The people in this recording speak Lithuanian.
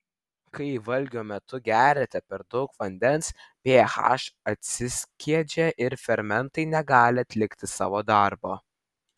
kai valgio metu geriate per daug vandens ph atsiskiedžia ir fermentai negali atlikti savo darbo